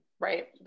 Right